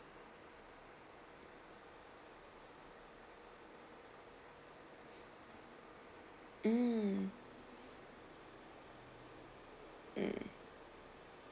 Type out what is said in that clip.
mm mm